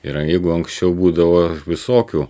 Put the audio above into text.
yra jeigu anksčiau būdavo visokių